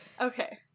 Okay